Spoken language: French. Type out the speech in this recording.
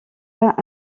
pas